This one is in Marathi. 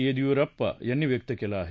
येदियुरप्पा यांनी व्यक्त केला आहे